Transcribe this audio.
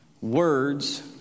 Words